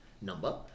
number